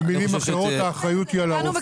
במילים אחרות, האחריות היא על הרופא.